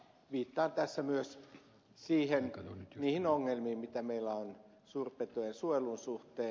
viittaan tässä myös niihin ongelmiin mitä meillä on suurpetojen suojelun suhteen